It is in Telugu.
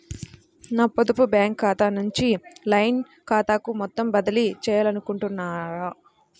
నా పొదుపు బ్యాంకు ఖాతా నుంచి లైన్ ఖాతాకు మొత్తం బదిలీ చేయాలనుకుంటున్నారా?